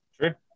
Sure